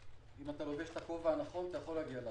אם אתה לובש את הכובע הנכון אתה יכול להגיע לארץ.